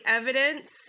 evidence